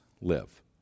live